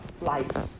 lights